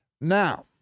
Now